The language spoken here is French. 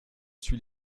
suis